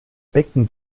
becken